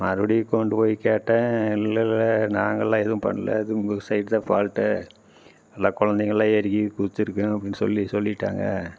மறுபடியும் கொண்டு போய் கேட்டேன் இல்லை இல்லை நாங்கலாம் எதுவும் பண்ணல இது உங்கள் சைடு தான் ஃபால்ட்டு எல்லா குழந்தைங்களாம் ஏறி கிறி குதிச்சுருக்கும் அப்படினு சொல்லி சொல்லிவிட்டாங்க